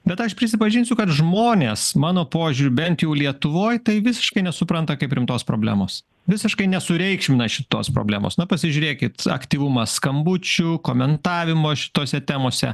bet aš prisipažinsiu kad žmonės mano požiūriu bent jau lietuvoj tai visiškai nesupranta kaip rimtos problemos visiškai nesureikšmina šitos problemos na pasižiūrėkit aktyvumą skambučių komentavimo šitose temose